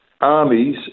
armies